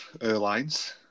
airlines